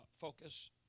focus